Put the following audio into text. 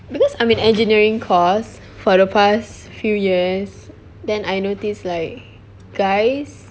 because I'm in engineering course for the past few years then I noticed like guys